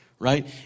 Right